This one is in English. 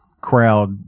crowd